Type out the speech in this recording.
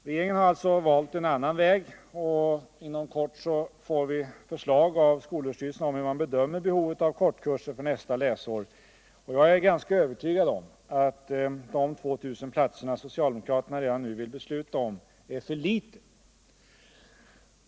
|| Regeringen har alltså valt en annan väg, och inom kort får vi förslag från skolöverstyrelsen om hur man bedömer behovet av korta kurser för nästa läsår. Jag är ganska övertygad om att de 2 000 platserna som socialdemokraterna redan nu vill besluta om är för litet.